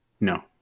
No